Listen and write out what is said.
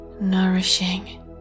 nourishing